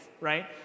right